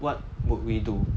what would we do